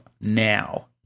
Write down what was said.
now